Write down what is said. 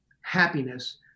happiness